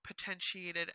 potentiated